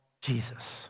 Jesus